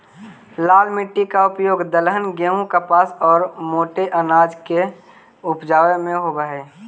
लाल मिट्टी का उपयोग दलहन, गेहूं, कपास और मोटे अनाज को उपजावे में होवअ हई